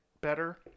better